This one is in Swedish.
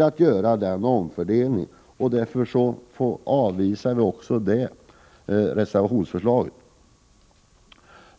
att göra någon ändrad omfördelning. Vi avvisar därför också förslaget om detta reservationsanslag.